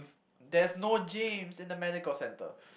there's no James in the medical centre